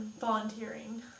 volunteering